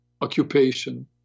occupation